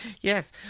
Yes